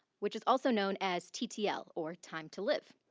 which is also known as ttl or time to live,